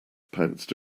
pounced